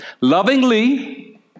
Lovingly